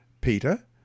Peter